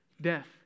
death